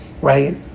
right